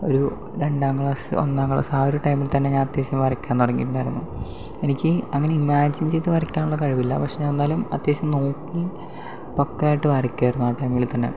ഒരു രണ്ടാം ക്ലാസ് ഒന്നാം ക്ലാസ് ആ ഒരു ടൈമിൽ തന്നെ ഞാൻ അത്യാവശ്യം വരയ്ക്കാൻ തുടങ്ങിയിട്ടുണ്ടായിരുന്നു എനിക്ക് അങ്ങനെ ഇമാജിൻ ചെയ്ത് വരയ്ക്കാനുള്ള കഴിവില്ല പക്ഷെ ഞാൻ എന്നാലും അത്യാവശ്യം നോക്കി പക്കാ ആയിട്ട് വരയ്ക്കുമായിരുന്നു ആദ്യമേ തന്നെ